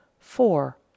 four